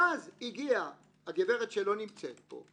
ואז הגיעה הגברת שלא נמצאת פה,